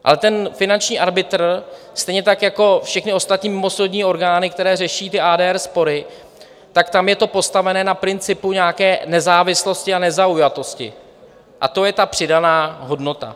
Ale finanční arbitr, stejně jako všechny ostatní mimosoudní orgány, které řeší ADR spory, tak tam je to postavené na principu nějaké nezávislosti a nezaujatosti, a to je ta přidaná hodnota.